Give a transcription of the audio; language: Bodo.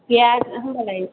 गैया होनबालाय